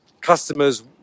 customers